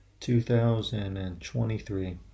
2023